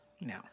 No